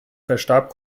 verstarb